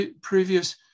previous